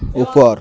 ଉପର